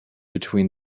between